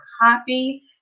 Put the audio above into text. copy